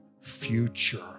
future